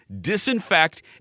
disinfect